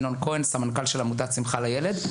ינון כהן סמנכ"ל של עמותת שמחה לילד,